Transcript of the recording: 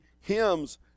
hymns